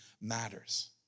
matters